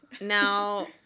Now